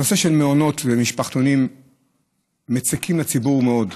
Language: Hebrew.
נושא המעונות והמשפחתונים מציק לציבור מאוד,